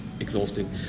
exhausting